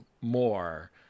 more